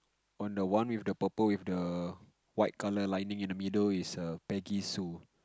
one the one with the purple with the white color lining in the middle is the baggy sue